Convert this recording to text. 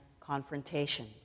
confrontation